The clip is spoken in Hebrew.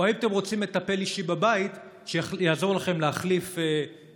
או אם אתם רוצים מטפל אישי בבית שיעזור לכם להחליף ולהתקלח.